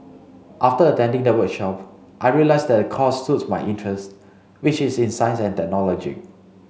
after attending the workshop I realised that the course suits my interest which is in science and technology